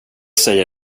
säger